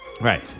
Right